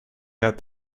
that